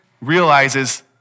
realizes